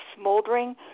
smoldering